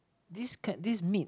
this can this meat